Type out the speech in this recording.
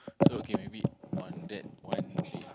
so okay maybe on that one day